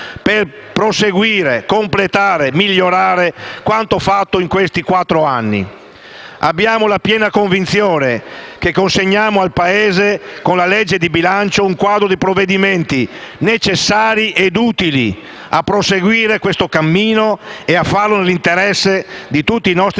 per proseguire, completare e migliorare quanto fatto in questi quattro anni. Abbiamo la piena convinzione di consegnare al Paese, con la legge di bilancio, un quadro di provvedimenti necessari e utili a proseguire questo cammino e a farlo nell'interesse di tutti i nostri